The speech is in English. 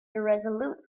irresolute